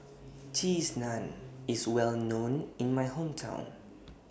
Cheese Naan IS Well known in My Hometown